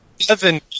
seven